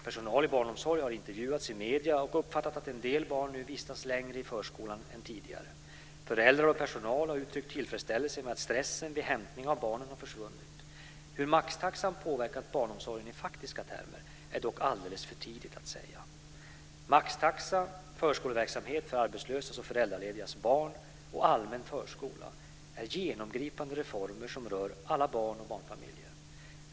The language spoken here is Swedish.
Personal i barnomsorgen har intervjuats i medier och uppfattat att en del barn nu vistas längre i förskolan än tidigare. Föräldrar och personal har uttryckt tillfredsställelse med att stressen vid hämtning av barnen har försvunnit. Hur maxtaxan påverkat barnomsorgen i faktiska termer är det dock alldeles för tidigt att säga. Maxtaxa, förskoleverksamhet för arbetslösas och föräldraledigas barn och allmän förskola är genomgripande reformer som rör alla barn och barnfamiljer.